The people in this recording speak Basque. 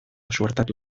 suertatu